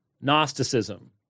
Gnosticism